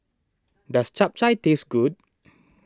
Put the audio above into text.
does Chap Chai taste good